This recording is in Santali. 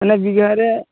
ᱢᱟᱱᱮ ᱵᱤᱜᱷᱟᱹ ᱨᱮ